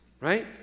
right